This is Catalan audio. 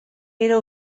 era